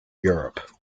europe